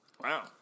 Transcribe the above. Wow